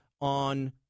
on